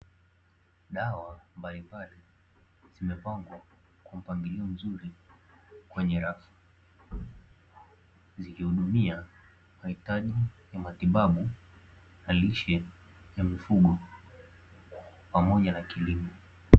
Dawa mbalimbali zimepangwa kwa mpangilio mzuri kwenye rafu, zikihidumia mahitaji ya matibabu na lishe ya mifugo pamoja na kilimo.